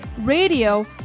radio